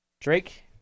Drake